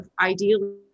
Ideally